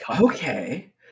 Okay